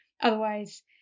Otherwise